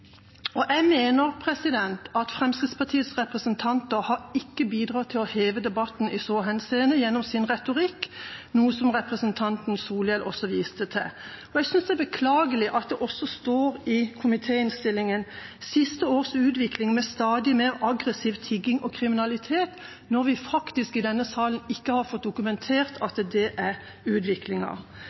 bruker. Jeg mener at Fremskrittspartiets representanter ikke har bidratt til å heve debatten i så henseende gjennom sin retorikk, noe representanten Solhjell også viste til. Jeg synes det er beklagelig at det står i komitéinnstillingen «de siste års utvikling med stadig mer aggressiv tigging og kriminalitet», når vi i denne salen faktisk ikke har fått dokumentert at det er utviklinga.